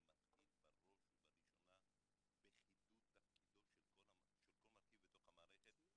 זה מתחיל בראש ובראשונה בחידוד תפקידו של כל מרכיב בתוך המערכת.